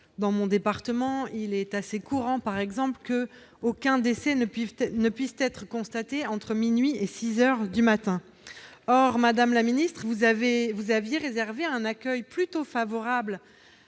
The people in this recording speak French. Dans mon département, il est assez courant qu'aucun décès ne puisse être constaté entre minuit et six heures du matin. Madame la ministre, vous aviez réservé un accueil plutôt favorable